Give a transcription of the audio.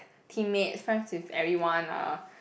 teammates friends with everyone lah